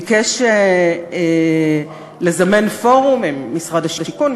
ביקש לזמן פורומים: משרד השיכון,